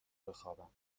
بخوابم